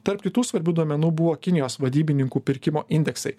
tarp kitų svarbių duomenų buvo kinijos vadybininkų pirkimo indeksai